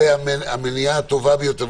זו המניעה הטובה ביותר.